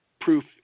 proof